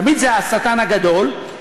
תמיד זה השטן הגדול,